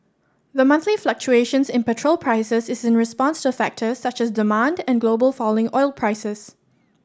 the monthly fluctuations in petrol prices is in response to factors such as demand and global falling oil prices